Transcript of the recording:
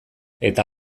eta